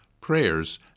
prayers